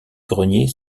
grenier